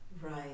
Right